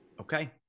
Okay